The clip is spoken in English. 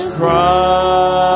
Christ